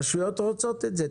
רשויות רוצות את זה,